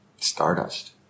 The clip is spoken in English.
stardust